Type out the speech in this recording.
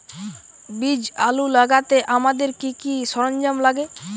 বীজ আলু লাগাতে আমাদের কি কি সরঞ্জাম লাগে?